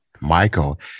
Michael